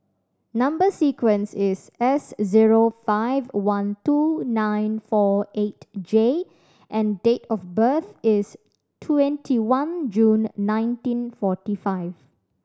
number sequence is S zero five one two nine four eight J and date of birth is twenty one June nineteen forty five